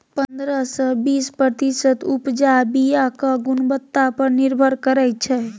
पंद्रह सँ बीस प्रतिशत उपजा बीयाक गुणवत्ता पर निर्भर करै छै